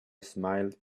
smiled